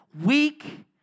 Weak